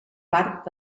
part